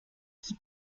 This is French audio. qui